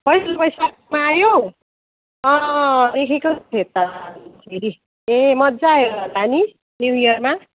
पहिलो बैशाखमा आयौ देखेको थिएँ त फेरि ए मज्जा आयो होला नि न्यू इयरमा